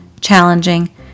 challenging